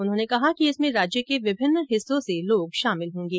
उन्होंने कहा कि इसमें राज्य के विभिन्न हिस्सों से लोग शामिल होंगे